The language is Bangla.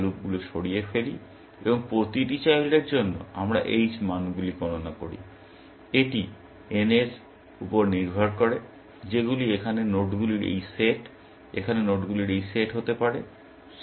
তারপরে আমরা লুপগুলি সরিয়ে ফেলি এবং প্রতিটি চাইল্ডের জন্য আমরা h মানগুলি গণনা করি এটি n র উপর নির্ভর করে যেগুলি এখানে নোডগুলির এই সেট বা এখানে নোডগুলির এই সেট হতে পারে